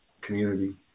community